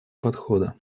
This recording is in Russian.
подхода